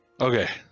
Okay